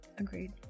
Agreed